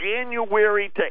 January